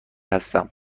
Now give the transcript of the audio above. هستم